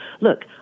Look